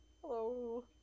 Hello